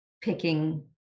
picking